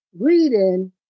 Reading